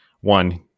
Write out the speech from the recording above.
one